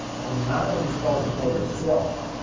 i'm gonna manual install the code yourself,